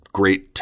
great